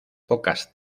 pocas